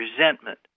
resentment